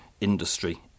industry